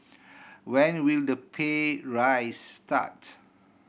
when will the pay raise start